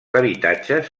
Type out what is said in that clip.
habitatges